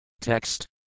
Text